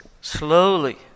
slowly